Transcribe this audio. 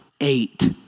eight